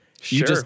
Sure